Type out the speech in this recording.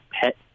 pet